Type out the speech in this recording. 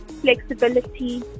flexibility